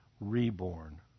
reborn